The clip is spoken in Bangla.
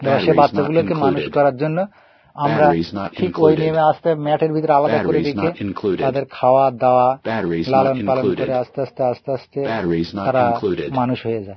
এবার সে বাচ্চাগুলোকে মানুষ করার জন্য আমরা ঠিক ওই নিয়মে আস্তে ম্যাটের ভিতরে আলাদা করে রেখে তাদের খাওয়া দাওয়া লালন পালন করে আস্তে আস্তে আস্তে আস্তে তারা মানুষ হয়ে যায়